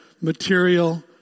material